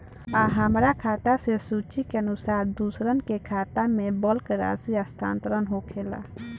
आ हमरा खाता से सूची के अनुसार दूसरन के खाता में बल्क राशि स्थानान्तर होखेला?